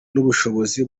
n’ubushobozi